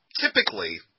typically